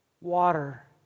water